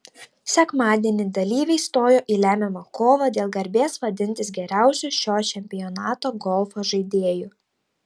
sekmadienį dalyviai stojo į lemiamą kovą dėl garbės vadintis geriausiu šio čempionato golfo žaidėju